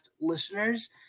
listeners